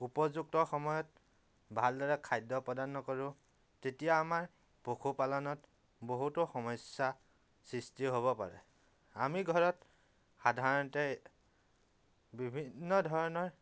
উপযুক্ত সময়ত ভালদৰে খাদ্য় প্ৰদান নকৰো তেতিয়া আমাৰ পশুপালনত বহুতো সমস্য়া সৃষ্টি হ'ব পাৰে আমি ঘৰত সাধাৰণতে বিভিন্ন ধৰণৰ